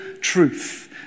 truth